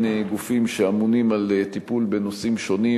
גופים שאמונים על טיפול בנושאים שונים,